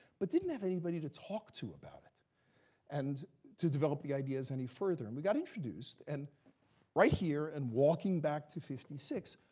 but didn't have anybody to talk to about it and to develop the ideas any further. and we got introduced. and right here, and walking back to fifty six,